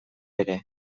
ere